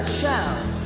shout